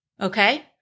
okay